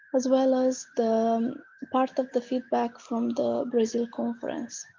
as well as the part of the feedback from the brazil conference,